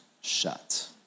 shut